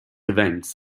events